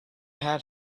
have